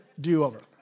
do-over